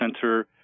center